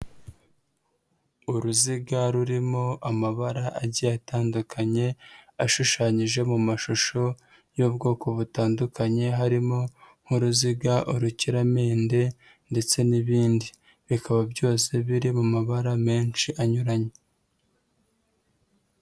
Uruziga rurimo amabara agiye atandukanye ashushanyije mu mashusho y'ubwoko butandukanye, harimo nk'uruziga, urukiramende ndetse n'ibindi, bikaba byose biri mu mabara menshi anyuranye.